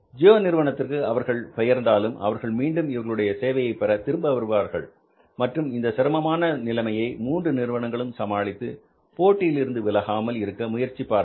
ஜியோ நிறுவனத்திற்கு அவர்கள் பெயர்ந்தாலும் அவர்கள் மீண்டும் இவர்களுடைய சேவையை பெற திரும்ப வருவார்கள் மற்றும் இந்த சிரமமான நிலைமையை மூன்று நிறுவனங்களும் சமாளித்து போட்டியில் இருந்து விலகாமல் இருக்க முயற்சிப்பார்கள்